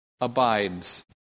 abides